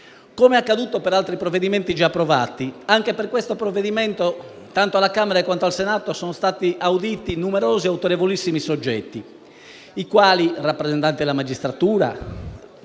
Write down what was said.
Come accaduto per altri provvedimenti già approvati, anche per questo provvedimento, tanto alla Camera quanto al Senato, sono stati auditi numerosi e autorevolissimi soggetti: rappresentanti della magistratura,